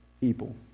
people